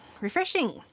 Refreshing